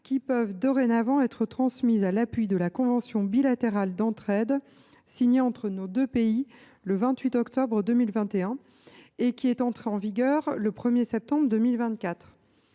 qui peuvent dorénavant être transmises sur la base de la convention bilatérale d’entraide signée entre nos deux pays le 28 octobre 2021 et qui est entrée en vigueur le 1 septembre 2024.